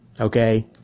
Okay